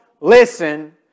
listen